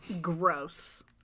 Gross